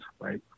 right